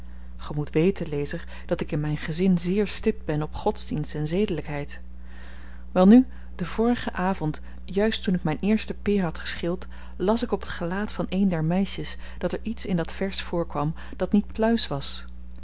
ge moet weten lezer dat ik in myn gezin zeer stipt ben op godsdienst en zedelykheid welnu den vorigen avend juist toen ik myn eerste peer had geschild las ik op het gelaat van een der meisjes dat er iets in dat vers voorkwam dat niet pluis was